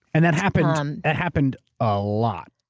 and that happened um that happened a lot.